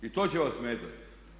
I to će vas smetati.